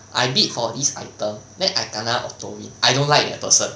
I bid for this item then I kena octo in I don't like that person